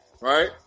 right